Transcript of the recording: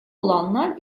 olanlar